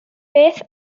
beth